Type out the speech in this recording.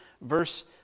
verse